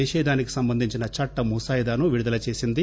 నిషేధానికి సంబంధించిన చట్ల ముసాయిదాను విడుదల చేసింది